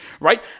right